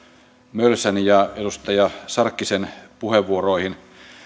mölsän ja edustaja sarkkisen puheenvuoroihin